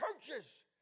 Churches